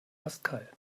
pascal